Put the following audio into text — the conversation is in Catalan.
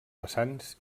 vessants